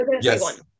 Yes